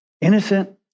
Innocent